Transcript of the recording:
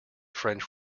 french